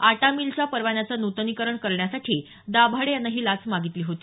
आटा मिलच्या परवान्याचं नूतनीकरण करण्यासाठी दाभाडे यानं ही लाच मागितली होती